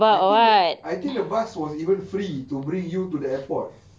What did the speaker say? I think the bus was even free to bring you to the airport